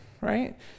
right